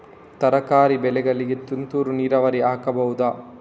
ತರಕಾರಿ ಬೆಳೆಗಳಿಗೆ ತುಂತುರು ನೀರಾವರಿ ಆಗಬಹುದಾ?